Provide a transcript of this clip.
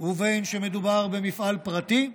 ובין שמדובר במפעל פרטי,